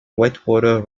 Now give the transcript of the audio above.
whitewater